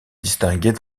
distinguer